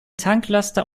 tanklaster